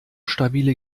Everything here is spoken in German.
stabile